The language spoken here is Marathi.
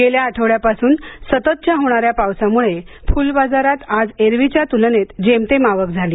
गेल्या आठवड्यापासून सततच्या होणाऱ्या पावसामुऴं फुलबाजारात आज एरवीच्या तुलनेत जेमतेम आवक झाली